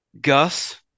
Gus